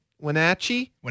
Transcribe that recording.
Wenatchee